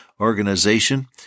organization